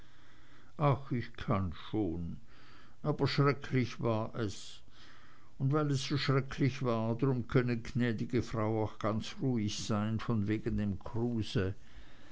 ach ich kann schon aber schrecklich war es und weil es so schrecklich war drum können gnäd'ge frau auch ganz ruhig sein von wegen dem kruse